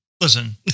Listen